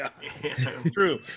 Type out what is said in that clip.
true